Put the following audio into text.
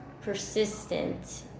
persistent